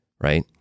right